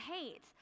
hate